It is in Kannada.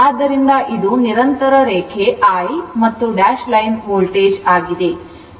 ಆದ್ದರಿಂದ ಇದು ನಿರಂತರ ರೇಖೆ I ಮತ್ತು ಡ್ಯಾಶ್ ಲೈನ್ ವೋಲ್ಟೇಜ್ ಆಗಿದೆ